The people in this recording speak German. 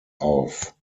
auf